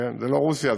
זה לא רוסיה,